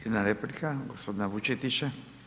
Jedna replika gospodina Vučetića.